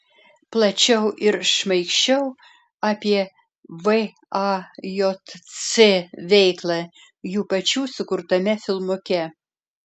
plačiau ir šmaikščiau apie vajc veiklą jų pačių sukurtame filmuke